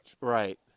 Right